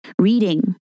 reading